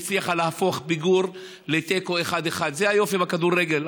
הצליחה להפוך פיגור לתיקו 1:1. זה היופי בכדורגל.